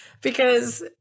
because-